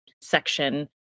section